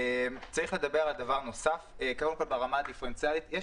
ברמה הדיפרנציאלית,